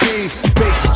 Basic